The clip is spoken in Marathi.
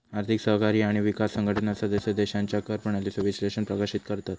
आर्थिक सहकार्य आणि विकास संघटना सदस्य देशांच्या कर प्रणालीचो विश्लेषण प्रकाशित करतत